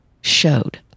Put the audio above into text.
showed